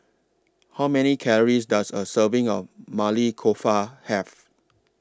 How Many Calories Does A Serving of Maili Kofta Have